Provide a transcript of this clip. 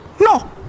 No